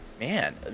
Man